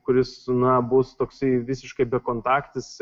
kuris na bus toksai visiškai bekontaktis